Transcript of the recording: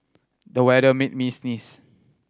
the weather made me sneeze